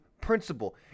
principle